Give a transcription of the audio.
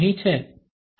અહીં છે